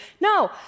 No